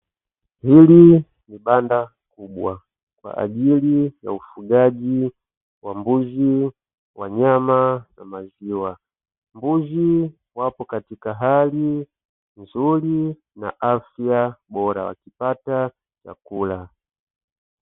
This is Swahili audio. Hili ni banda kubwa kwa ajili ya ufugaji wa mbuzi wa nyama na maziwa, mbuzi wapo katika hali nzuri na afya bora wakipata chakula.